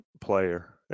player